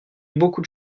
beaucoup